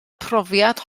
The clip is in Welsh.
profiad